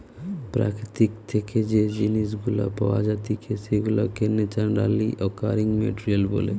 প্রকৃতি থেকে যেই জিনিস গুলা পাওয়া জাতিকে সেগুলাকে ন্যাচারালি অকারিং মেটেরিয়াল বলে